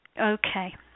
Okay